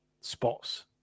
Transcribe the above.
spots